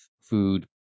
food